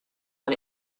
but